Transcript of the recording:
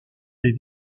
des